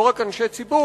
לא מדובר רק באנשי ציבור.